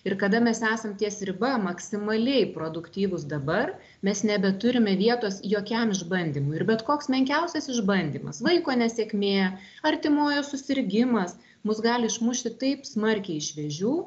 ir kada mes esam ties riba maksimaliai produktyvūs dabar mes nebeturime vietos jokiam išbandymui ir bet koks menkiausias išbandymas vaiko nesėkmė artimojo susirgimas mus gali išmušti taip smarkiai iš vėžių